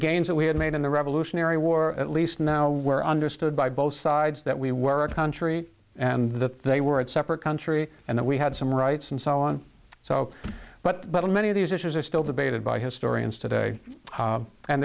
gains that we had made in the revolutionary war at least now were understood by both sides that we were a country and that they were at separate country and that we had some rights and so on so but but many of these issues are still debated by historians today